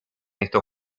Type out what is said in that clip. estos